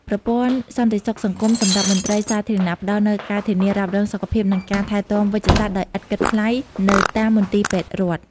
ប្រព័ន្ធសន្តិសុខសង្គមសម្រាប់មន្ត្រីសាធារណៈ ផ្តល់នូវការធានារ៉ាប់រងសុខភាព និងការថែទាំវេជ្ជសាស្ត្រដោយឥតគិតថ្លៃនៅតាមមន្ទីរពេទ្យរដ្ឋ។